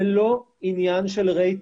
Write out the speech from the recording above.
זה לא עניין של רייטינג,